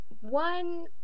one